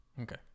okay